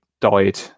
died